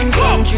come